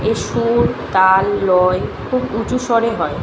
এর সুর তাল লয় খুব উঁচু স্বরে হয়